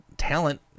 talent